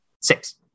Six